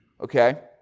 Okay